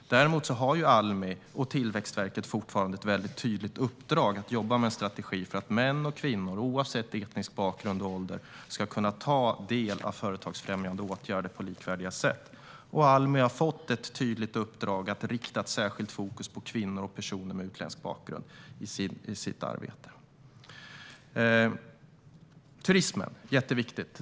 Däremot har Almi och Tillväxtverket fortfarande ett mycket tydligt uppdrag att jobba med en strategi för att män och kvinnor, oavsett etnisk bakgrund och ålder, ska kunna ta del av företagsfrämjande åtgärder på likvärdiga sätt. Almi har fått ett tydligt uppdrag att i sitt arbete rikta ett särskilt fokus på kvinnor och personer med utländsk bakgrund. Turismen är jätteviktig.